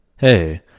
Hey